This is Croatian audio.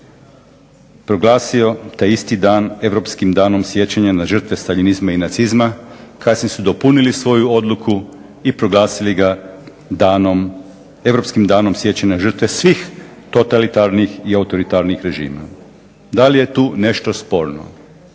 proglasio taj isti dan Europskim danom sjećanja na žrtve staljinizma i nacizma, kasnije su dopunili svoju odluku i proglasili ga Europskim danom sjećanja na žrtve svi totalitarnih i autoritarnih režima. Da li je tu nešto sporno?